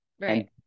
Right